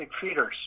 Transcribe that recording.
feeders